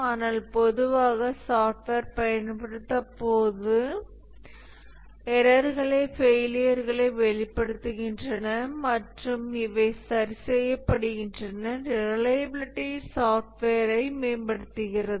ஆனால் பொதுவாக சாஃப்ட்வேர் பயன்படுத்தப்படும்போது எரர்களை ஃபெயிலியர்கள் வெளிப்படுத்தப்படுகின்றன மற்றும் இவை சரி செய்யப்படுகின்றன ரிலையபிலிட்டி சாஃப்ட்வேரை மேம்படுத்துகிறது